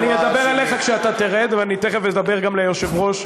אני אדבר אליך כשאתה תרד ואני תכף אדבר גם ליושב-ראש,